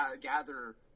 gather